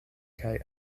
kaj